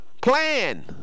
Plan